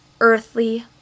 earthly